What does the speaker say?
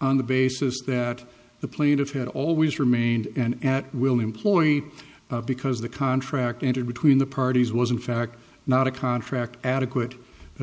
on the basis that the plaintiff had always remained an at will employee because the contract entered between the parties was in fact not a contract adequate